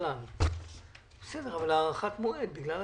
בגלל הארכת המועד.